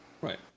right